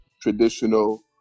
traditional